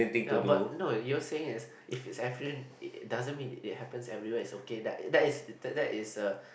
ya but no you're saying is if it's doesn't mean it happens everywhere is okay th~ that is that is uh